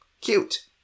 cute